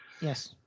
Yes